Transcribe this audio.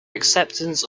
acceptance